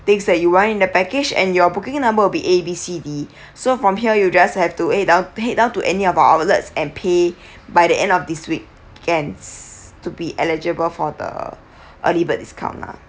things that you want in the package and your booking number will be A B C D so from here you just have to head down head down to any of our outlets and pay by the end of this weekends to be eligible for the early bird discount lah